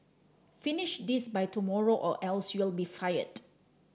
finish this by tomorrow or else you'll be fired